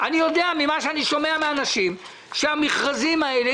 אני יודע ממה שאני שומע מאנשים שהמכרזים האלה,